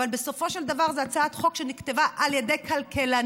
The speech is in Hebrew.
ובסופו של דבר זו הצעת חוק שנכתבה על ידי כלכלנים,